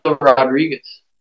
Rodriguez